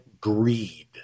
greed